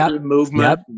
movement